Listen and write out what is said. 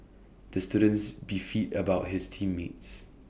the students beefed about his team mates